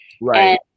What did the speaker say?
right